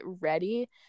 ready